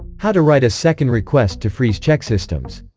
how to write a second request to freeze chexsystems